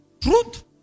Truth